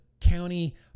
county